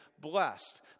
blessed